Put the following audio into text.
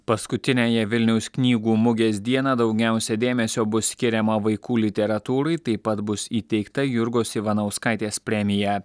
paskutiniąją vilniaus knygų mugės dieną daugiausiai dėmesio bus skiriama vaikų literatūrai taip pat bus įteikta jurgos ivanauskaitės premija